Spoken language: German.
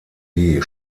die